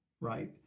Right